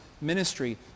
ministry